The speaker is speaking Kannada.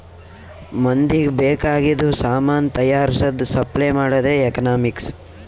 ಮಂದಿಗ್ ಬೇಕ್ ಆಗಿದು ಸಾಮಾನ್ ತೈಯಾರ್ಸದ್, ಸಪ್ಲೈ ಮಾಡದೆ ಎಕನಾಮಿಕ್ಸ್